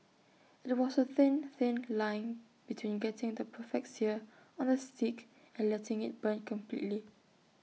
IT was A thin thin line between getting the perfect sear on the steak and letting IT burn completely